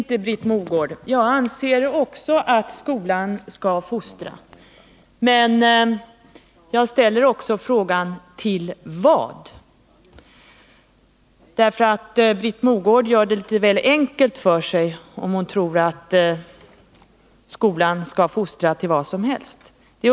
Herr talman! Även jag anser visst att skolan skall fostra, Britt Mogård. Men jag ställer frågan: Till vad? Britt Mogård gör det nämligen litet väl enkelt för sig, om hon tror att skolan skall fostra till vad som helst.